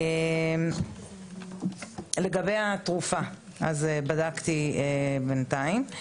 לגבי התרופות בדקתי בינתיים,